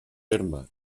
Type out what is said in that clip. terme